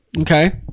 Okay